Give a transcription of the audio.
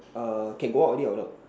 uh can go out already or not